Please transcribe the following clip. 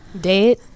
Dead